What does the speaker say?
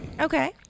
Okay